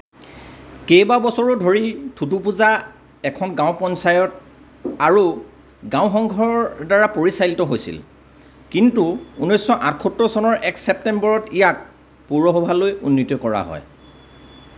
কেইবাবছৰো ধৰি থোডুপুঝা এখন গাঁও পঞ্চায়ত আৰু গাঁও সংঘৰ দ্বাৰা পৰিচালিত হৈছিল কিন্তু উনৈছশ আঠসত্তৰ চনৰ এক ছেপ্টেম্বৰত ইয়াক পৌৰসভালৈ উন্নীত কৰা হয়